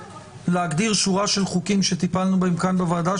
להגדיר שורה של חוקים שטיפלנו בהם כאן בוועדה,